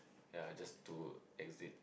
ya just to exit